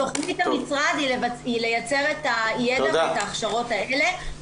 תכנית המשרד היא לייצר את הידע ואת ההכשרות האלה,